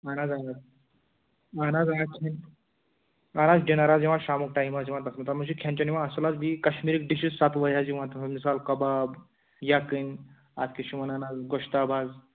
اَہَن حظ اَہَن حظ اَہَن حظ آہَن حظ ڈِنر حظ یِوان شامُک ٹایم حظ یِوان تَتھ منٛز تَتھ منٛز چھِ کھٮ۪ن چٮ۪ن یِوان اَصٕل حظ بیٚیہِ کَشمیٖرٕکۍ ڈِشز سَتہٕ وٲے حظ یِوان تَتھ منٛز مِثال کَباب یَکٕنۍ اَتھ کیٛاہ چھِ وَنان حظ گۄشتاب حظ